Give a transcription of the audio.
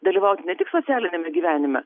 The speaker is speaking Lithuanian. dalyvaut ne tik socialiniame gyvenime